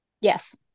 Yes